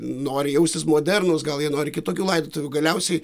nori jaustis modernūs gal jie nori kitokių laidotuvių galiausiai